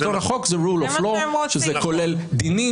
שלטון החוק הוא רול אופ לאו שזה כולל דינים,